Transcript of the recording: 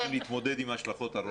נתמודד עם השלכות הרוחב.